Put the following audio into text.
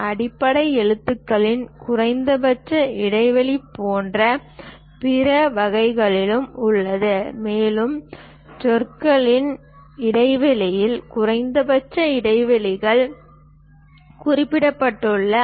அடிப்படை எழுத்துகளின் குறைந்தபட்ச இடைவெளி போன்ற பிற வகைகளும் உள்ளன மேலும் சொற்களுக்கு இடையில் குறைந்தபட்ச இடைவெளியும் குறிப்பிடப்பட்டுள்ளது